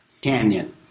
canyon